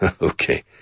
Okay